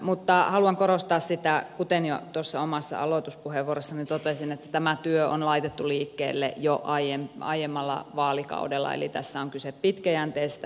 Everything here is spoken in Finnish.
mutta haluan korostaa sitä kuten jo omassa aloituspuheenvuorossani totesin että tämä työ on laitettu liikkeelle jo aiemmalla vaalikaudella eli tässä on kyse pitkäjänteisestä uudistamistyöstä